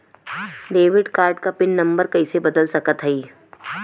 Debit card क PIN number कइसे बदल सकत हई?